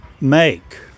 make